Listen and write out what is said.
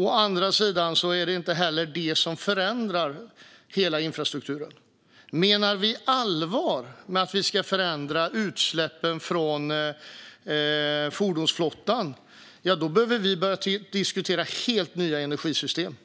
Å andra sidan är det inte heller det som förändrar hela infrastrukturen. Menar vi allvar med att vi ska förändra utsläppen från fordonsflottan behöver vi börja diskutera helt nya energisystem.